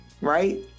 right